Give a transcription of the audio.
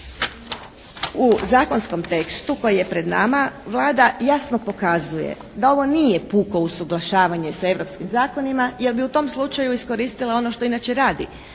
u zakonskom tekstu koji je pred nama Vlada jasno pokazuje da ovo nije puko usuglašavanje sa europskim zakonima jer bi u tom slučaju iskoristila ono što inače radi